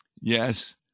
Yes